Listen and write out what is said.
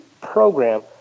program